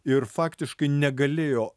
ir faktiškai negalėjo